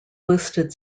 listed